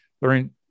learning